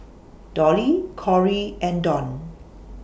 Dolly Kory and Dawn